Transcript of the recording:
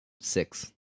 six